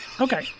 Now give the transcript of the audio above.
Okay